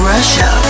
Russia